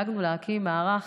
אנחנו דאגנו להקים מערך,